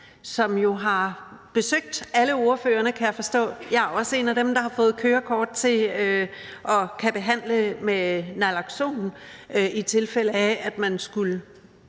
som jo har besøgt alle ordførerne, kan jeg forstå. Jeg er også en af dem, der har fået kørekort til at kunne behandle med naloxon, i tilfælde af at man skulle